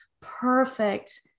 perfect